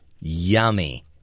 Yummy